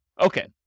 Okay